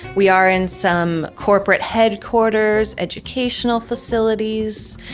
we are in some corporate headquarters, educational facilities,